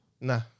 nah